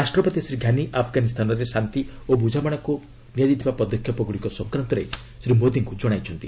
ରାଷ୍ଟ୍ରପତି ଘାନି ଆଫଗାନୀସ୍ତାନରେ ଶାନ୍ତି ଓ ବୃଝାମଣାକୁ ନିଆଯାଇଥିବା ପଦକ୍ଷେପଗୁଡ଼ିକ ସଂକ୍ରାନ୍ତରେ ଶ୍ରୀ ମୋଦିଙ୍କୁ ଜଣାଇଛନ୍ତି